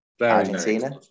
Argentina